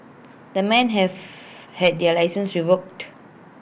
the men have had their licences revoked